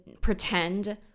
pretend